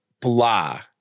blah